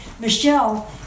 Michelle